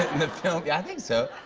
in the film. yeah, i think so,